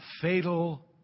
fatal